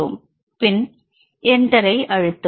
பின்Enter ஐ அழுத்தவும்